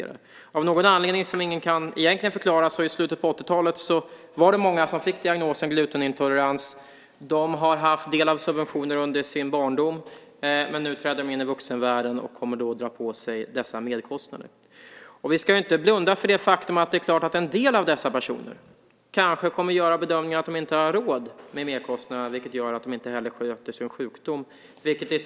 Av någon anledning som man inte har lyckats förklara var det många som fick diagnosen glutenintolerans i slutet av 1980-talet. De har fått del av subventioner under sin barndom, men nu träder de in i vuxenvärlden och drar på sig dessa merkostnader. Vi ska inte blunda för det faktum att det är klart att en del av dessa personer kanske kommer att göra bedömningen att de inte har råd med merkostnaden, vilket gör att de inte heller sköter sin sjukdom.